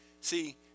See